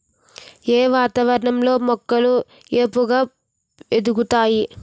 ఏ వాతావరణం లో మొక్కలు ఏపుగ ఎదుగుతాయి?